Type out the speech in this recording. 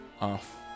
off